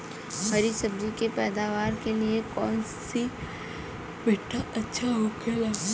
हरी सब्जी के पैदावार के लिए कौन सी मिट्टी अच्छा होखेला?